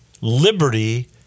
Liberty